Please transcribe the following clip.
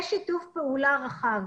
יש שיתוף פעולה רחב